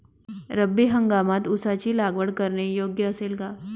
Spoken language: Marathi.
रब्बी हंगामात ऊसाची लागवड करणे योग्य असेल का?